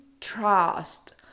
trust